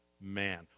man